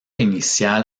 inicial